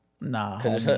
Nah